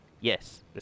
Yes